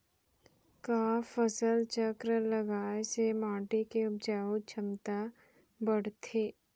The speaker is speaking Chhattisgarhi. का फसल चक्र लगाय से माटी के उपजाऊ क्षमता बढ़थे?